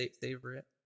favorite